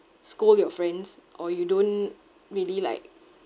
scold your friends or you don't really like